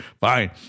fine